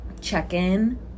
check-in